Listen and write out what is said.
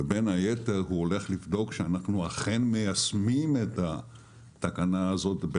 ובין היתר הוא הולך לבדוק שאנחנו אכן מיישמים את התקנה הזאת,